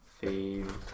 theme